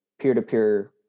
peer-to-peer